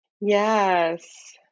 Yes